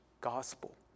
gospel